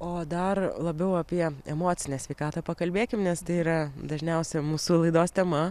o dar labiau apie emocinę sveikatą pakalbėkim nes tai yra dažniausia mūsų laidos tema